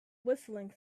whistling